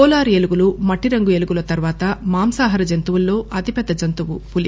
polar ఎలుగులు మట్టిరంగు ఎలుగుల తర్వాత మాంసాహార జంతువుల్లో అతిపెద్ద జంతువు పులీ